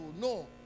no